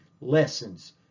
lessons